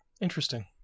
Interesting